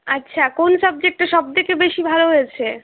আচ্ছা কোন সাবজেক্টটা সব থেকে বেশি ভালো হয়েছে